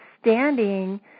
standing